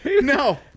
No